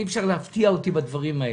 אי-אפשר להפתיע אותי בדברים האלה.